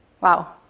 Wow